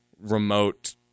remote